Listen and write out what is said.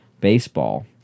baseball